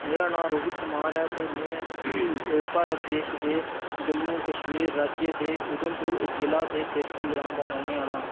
मेरा नांऽ रोहित कुमार ऐ ते में भारत देश दे जम्मू कश्मीर राज्य दे उधमपुर जिला दे तेरसी ग्रांऽ दा रौंह्ने आह्ला आं